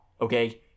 okay